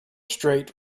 strait